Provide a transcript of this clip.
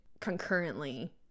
concurrently